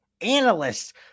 analysts